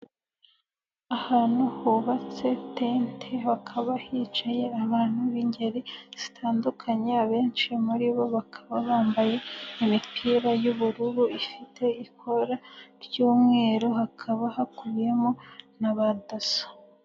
Ahantu hubatse tente hakaba hicaye abantu b'ingeri zitandukanye abenshi muri bo bakaba bambaye imipira y'ubururu ifite ikora ry'umweru hakaba hakubiyemo na ba Dasso.